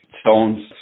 stones